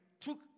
took